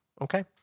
okay